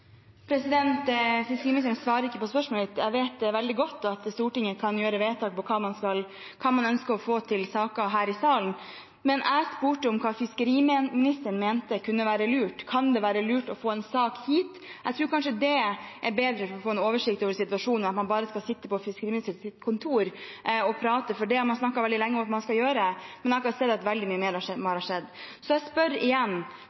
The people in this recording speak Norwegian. på spørsmålet mitt. Jeg vet veldig godt at Stortinget kan gjøre vedtak om hva man ønsker å få av saker her i salen, men jeg spurte om hva fiskeriministeren mente kunne være lurt. Kan det være lurt å få en sak hit? Jeg tror kanskje det er bedre for å få en oversikt over situasjonen enn at man bare skal sitte på fiskeriministerens kontor og prate, for det har man snakket veldig lenge om at man skal gjøre, men jeg har ikke sett at veldig mye mer har skjedd. Så jeg spør igjen: